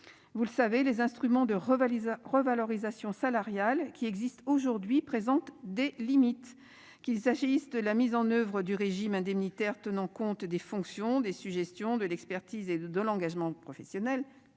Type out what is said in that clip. Vous le savez les instruments de rivaliser revalorisations salariales qui existe aujourd'hui présente des limites qu'il s'agisse de la mise en oeuvre du régime indemnitaire tenant compte des fonctions des suggestions de l'expertise et de l'engagement professionnel,